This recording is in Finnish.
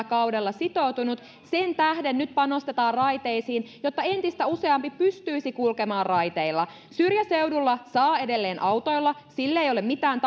kaudella sitoutunut sen tähden nyt panostetaan raiteisiin jotta entistä useampi pystyisi kulkemaan raiteilla syrjäseudulla saa edelleen autoilla sille ei ole mitään